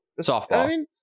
Softball